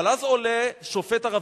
אבל אז עולה שופט ערבי,